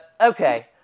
Okay